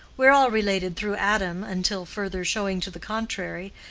we're all related through adam, until further showing to the contrary,